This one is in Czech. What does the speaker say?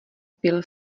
pil